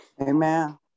Amen